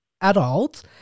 adults